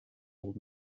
old